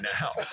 now